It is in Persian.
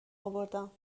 آوردم